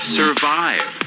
survive